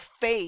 faith